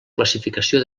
classificació